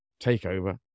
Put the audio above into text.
takeover